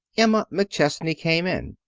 emma mcchesney came in.